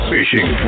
Fishing